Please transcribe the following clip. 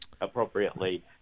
appropriately